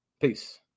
Peace